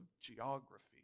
geography